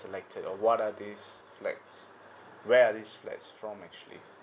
selected or what are these flats where are these flats from actually